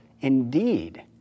indeed